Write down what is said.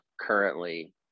currently